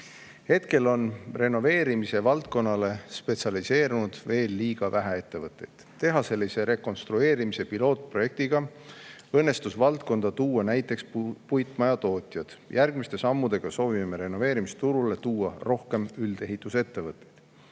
Hetkel on renoveerimise valdkonnale spetsialiseerunud veel liiga vähe ettevõtteid. Tehaselise rekonstrueerimise pilootprojektiga õnnestus valdkonda tuua näiteks puitmajatootjad. Järgmiste sammudega soovime renoveerimisturule tuua rohkem üldehitusettevõtteid.